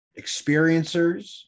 experiencers